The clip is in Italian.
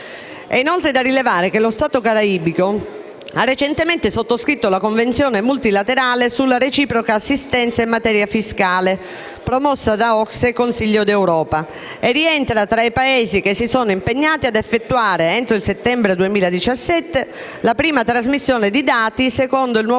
È inoltre da rilevare che lo Stato caraibico ha recentemente sottoscritto la Convenzione multilaterale sulla reciproca assistenza in materia fiscale promossa da OCSE e Consiglio d'Europa, e rientra tra i Paesi che si sono impegnati ad effettuare, entro il settembre 2017, la prima trasmissione di dati secondo il nuovo